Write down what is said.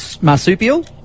Marsupial